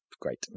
great